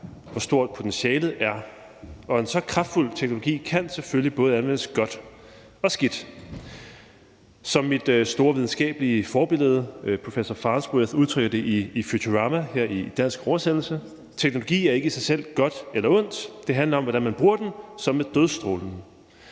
hvor stort potentialet er. Og en så kraftfuld teknologi kan selvfølgelig både anvendes godt og skidt. Som mit store videnskabelige forbillede professor Hubert J. Farnsworth udtrykker det i Futurama, her i dansk oversættelse: Teknologi er ikke i sig selv godt eller ondt. Det handler om, hvordan man bruger den – ligesom med dødsstrålen.